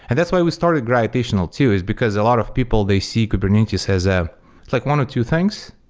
and that's why we started gravitational too, is because a lot of people they see kubernetes has ah like one or two things.